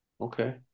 okay